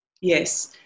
yes